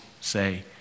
say